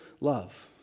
love